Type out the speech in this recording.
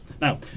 now